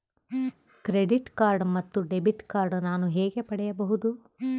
Credit card ಮತ್ತು debit card ನಾನು ಹೇಗೆ ಪಡೆಯಬಹುದು?